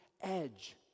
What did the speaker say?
edge